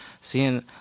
seeing